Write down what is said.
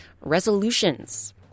resolutions